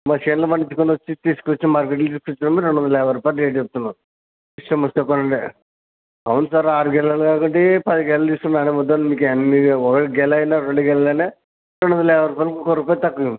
మా సేనలో పండించుకొని వచ్చి తీసుకొచ్చి మా దగ్గరికి తెప్పించినందు రెండు వందల యాభై రూపాయలు రేటు చెబుతున్నాము ఇష్టం వస్తే కొనండి అవును సార్ ఆరు గెలలు కాకుంటే పది గెలలు తీసుకోండి నేను ఏం వద్దు అనను మీకు ఎన్ని ఒక గెలలైనా రెండు గెలలైన రెండు వందల యాభై రూపాయలకి ఒక రూపాయి తక్కువ ఇవ్వను